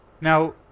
now